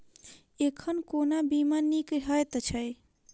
एखन कोना बीमा नीक हएत छै?